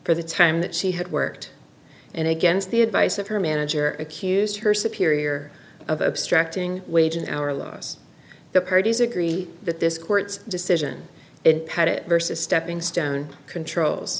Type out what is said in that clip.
for the time that she had worked and against the advice of her manager at hughes her superior of abstracting wage and hour laws the parties agree that this court's decision and pettitte versus steppingstone controls